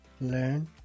learn